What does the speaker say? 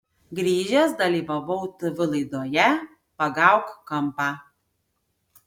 grįžęs dalyvavau tv laidoje pagauk kampą